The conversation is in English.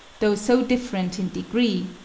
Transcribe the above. though so different in degree,